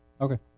Okay